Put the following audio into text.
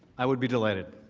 i would be delighted